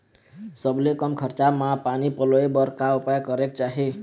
सबले कम खरचा मा पानी पलोए बर का उपाय करेक चाही?